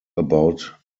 about